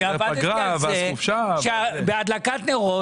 בהדלקת נרות,